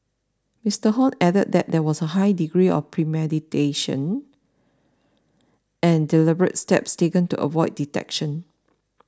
Mister Hon added that there was a high degree of premeditation and deliberate steps taken to avoid detection